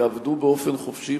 יעבדו באופן חופשי,